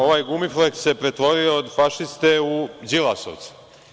Ovaj Gumifleks se pretvorio od fašiste u đilasovce.